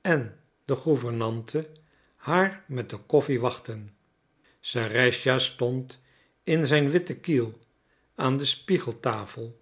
en de gouvernante haar met de koffie wachtten serëscha stond in zijn witte kiel aan de spiegeltafel